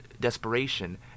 desperation